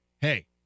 hey